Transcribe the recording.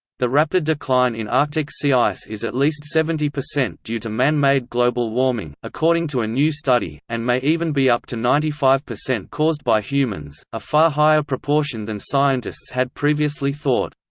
the rapid decline in arctic sea ice is at least seventy percent due to man-made global warming, according to a new study, and may even be up to ninety five percent caused by humans a far higher proportion than scientists had previously thought.